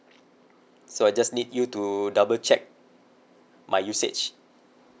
so I just need you to double check my usage